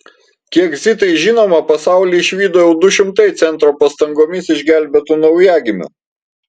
kiek zitai žinoma pasaulį išvydo jau du šimtai centro pastangomis išgelbėtų naujagimių